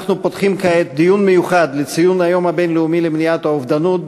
אנחנו פותחים כעת דיון מיוחד לציון היום הבין-לאומי למניעת אובדנות,